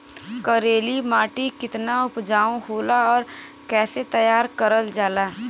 करेली माटी कितना उपजाऊ होला और कैसे तैयार करल जाला?